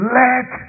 let